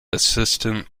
assistant